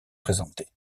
présentés